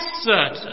certain